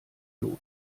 los